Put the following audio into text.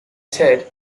ted